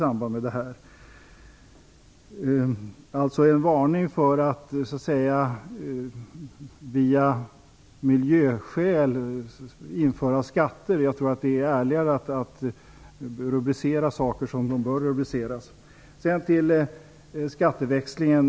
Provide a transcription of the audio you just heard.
Jag vill alltså rikta en varning för att så att säga av miljöskäl införa skatter. Det är ärligare att rubricera saker som de bör rubriceras. Sedan till frågan om skatteväxling.